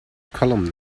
column